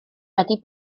wedi